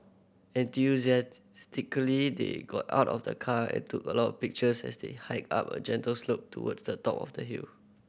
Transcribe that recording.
enthusiastically they got out of the car and took a lot of pictures as they hiked up a gentle slope towards the top of the hill